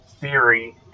theory